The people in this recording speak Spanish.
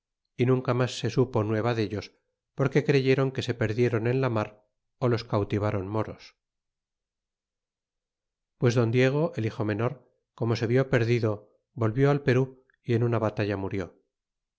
y mine mas se supo nueva deltos porque creyeron qüe se perdieron en la mar los cautivaron moros pues don diego el hijo menor como se vit perdido volvió al perú y en una balara murió